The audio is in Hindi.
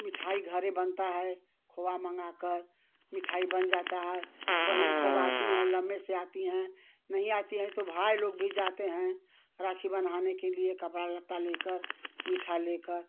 मिठाई घरे बनता है खोया मँगाकर मिठाई बन जाता है बहीन सब आती हैं लंबे से आती हैं नहीं आती हैं तो भाई लोग भी जाते हैं राखी बंधाने के लिए कपड़ा लता लेकर मिठा लेकर